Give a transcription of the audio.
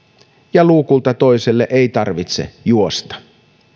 ja luukulta toiselle ei tarvitse juosta